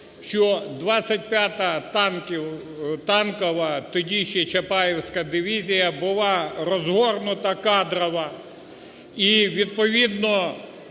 що 25-а танкова, тоді ще Чапаєвська дивізія, була розгорнута, кадрова, і відповідно